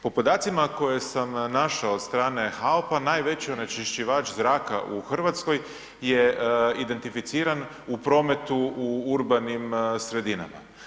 Po podacima koje sam našao od strane HAOP-a najveći onečišćivač zraka u Hrvatskoj je identificiran u prometu u urbanim sredinama.